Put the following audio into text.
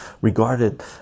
regarded